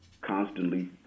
constantly